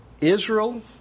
Israel